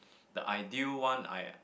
the ideal one I